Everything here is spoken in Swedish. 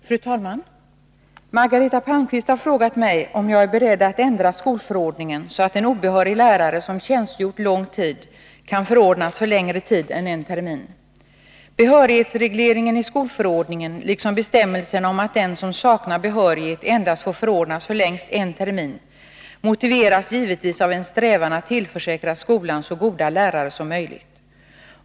Fru talman! Margareta Palmqvist har frågat mig om jag är beredd att ändra skolförordningen så att en obehörig lärare, som tjänstgjort lång tid, kan förordnas för längre tid än en termin. Behörighetsregleringen i skolförordningen, liksom bestämmelserna om att den som saknar behörighet får förordnas för längst en termin, motiveras givetvis av en strävan att tillförsäkra skolan så goda lärare som möjligt.